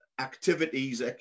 activities